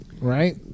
right